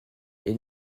est